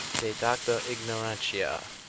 de docta ignorantia,